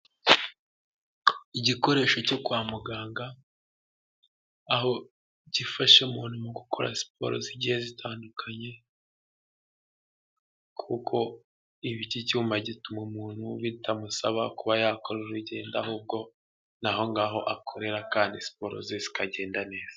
Igikoresho cyo kwa muganga aho gifasha umuntu mu gukora siporo zigiye zitandukanye, kuko iki cyuma gituma umuntu bitamusaba kuba yakora urugendo ahubwo n'aho ngaho akorera kandi siporo ze zikagenda neza.